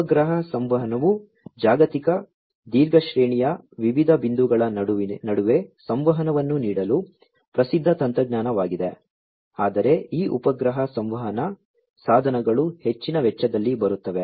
ಉಪಗ್ರಹ ಸಂವಹನವು ಜಾಗತಿಕ ದೀರ್ಘ ಶ್ರೇಣಿಯ ವಿವಿಧ ಬಿಂದುಗಳ ನಡುವೆ ಸಂವಹನವನ್ನು ನೀಡಲು ಪ್ರಸಿದ್ಧ ತಂತ್ರಜ್ಞಾನವಾಗಿದೆ ಆದರೆ ಈ ಉಪಗ್ರಹ ಸಂವಹನ ಸಾಧನಗಳು ಹೆಚ್ಚಿನ ವೆಚ್ಚದಲ್ಲಿ ಬರುತ್ತವೆ